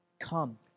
Come